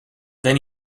then